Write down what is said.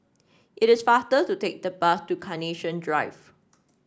it is faster to take the bus to Carnation Drive